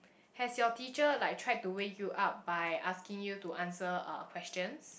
has your teacher like tried to wake you up by asking you to answer uh questions